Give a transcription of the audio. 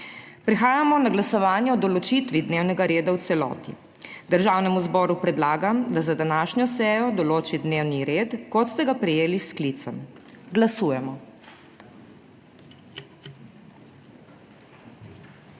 Prehajamo na glasovanje o določitvi dnevnega reda v celoti. Državnemu zboru predlagam, da za današnjo sejo določi dnevni red, kot ste ga prejeli s sklicem. Glasujemo.